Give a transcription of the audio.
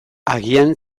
agian